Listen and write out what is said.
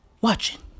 Watching